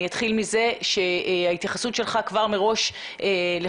אני אתחיל מזה שאומר שההתייחסות שלך כבר מראש לחבריך